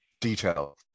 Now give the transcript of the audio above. detail